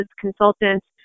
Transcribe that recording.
consultants